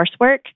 coursework